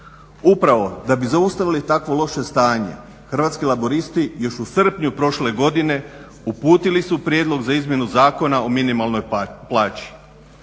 Upravo da bi zaustavili takvo loše stanje Hrvatski laburisti još u srpnju prošle godine uputili su prijedlog za izmjenu Zakona o minimalnoj plaći